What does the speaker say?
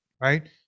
right